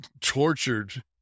tortured